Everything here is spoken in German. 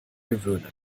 gewöhnen